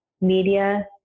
media